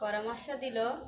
পরামর্শ দিল